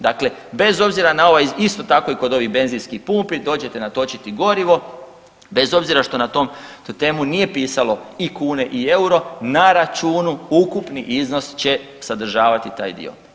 Dakle, bez obzira na ovaj isto tako i kod ovih benzinskih pumpi dođete natočiti gorivo, bez obzira što nije pisalo i kune i euro, na računu ukupni iznos će sadržavati taj dio.